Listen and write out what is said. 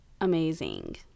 amazing